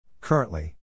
Currently